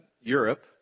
Europe